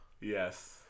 Yes